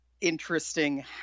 interesting